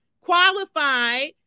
qualified